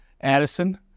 Addison